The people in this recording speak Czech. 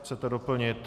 Chcete doplnit?